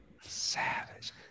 savage